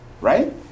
right